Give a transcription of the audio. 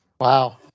Wow